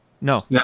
no